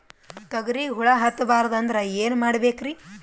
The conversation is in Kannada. ತೊಗರಿಗ ಹುಳ ಹತ್ತಬಾರದು ಅಂದ್ರ ಏನ್ ಮಾಡಬೇಕ್ರಿ?